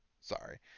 sorry